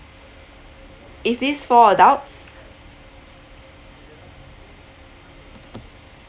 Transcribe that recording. is this four adults